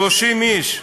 30 איש.